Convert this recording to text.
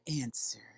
answer